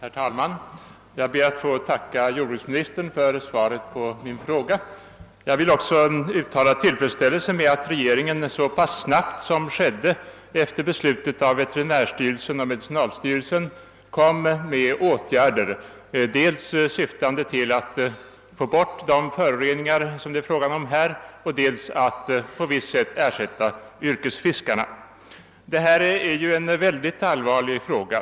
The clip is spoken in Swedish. Herr talman! Jag ber att få tacka jordbruksministern för svaret på min fråga. Jag vill också uttala tillfredsställelse med att regeringen så snabbt som skedde efter beslutet av veterinärstyrelsen och medicinalstyrelsen vidtog åtgärder syftande till dels att få bort de föroreningar det är fråga om, dels att på visst sätt ersätta yrkesfiskarna. Detta är en mycket allvarlig fråga.